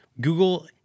Google